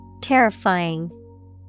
Terrifying